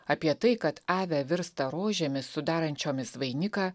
apie tai kad ave virsta rožėmis sudarančiomis vainiką